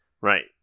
Right